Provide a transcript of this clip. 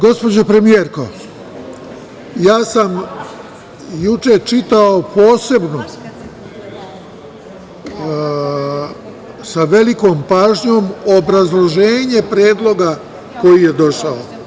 Gospođo premijerko, juče sam čitao posebno, sa velikom pažnjom, obrazloženje predloga koji je došao.